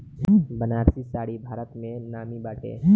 बनारसी साड़ी भारत में सबसे नामी बाटे